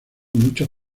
muchos